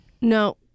No